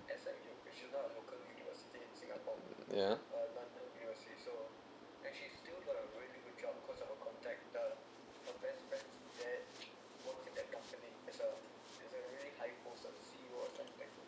yeah